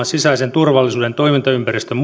sisäisen turvallisuuden toimintaympäristön